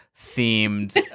themed